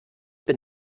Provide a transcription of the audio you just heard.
bin